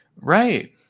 Right